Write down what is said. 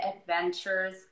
adventures